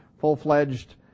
full-fledged